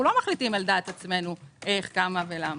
אנחנו לא מחליטים על דעת עצמנו איך, כמה למה.